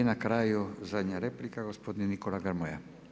I na kraju zadnja replika, gospodin Nikola Grmoja.